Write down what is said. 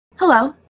Hello